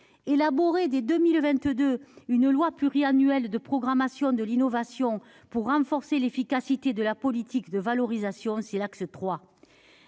Élaborer dès 2022 une loi pluriannuelle de programmation de l'innovation pour renforcer l'efficacité de la politique de valorisation ? C'est le